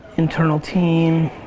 internal team.